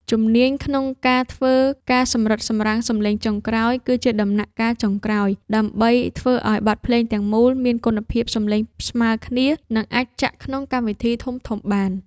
ជំនាញក្នុងការធ្វើ ការសម្រិតសម្រាំងសំឡេងចុងក្រោយ គឺជាដំណាក់កាលចុងក្រោយ ដើម្បីធ្វើឱ្យបទភ្លេងទាំងមូលមានគុណភាពសំឡេងស្មើគ្នា និងអាចចាក់ក្នុងកម្មវិធីធំៗបាន។